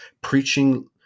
preaching